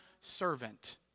servant